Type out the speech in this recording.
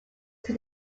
see